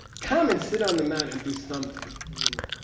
come and sit on the mat and do something, you know?